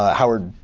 howard,